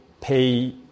pay